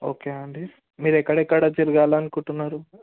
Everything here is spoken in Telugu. ఓకే అండి మీరు ఎక్కడ ఎక్కడ తిరగాలి అనుకుంటున్నారు